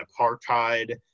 apartheid